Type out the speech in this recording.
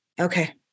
Okay